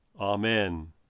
Amen